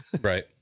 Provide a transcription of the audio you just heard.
Right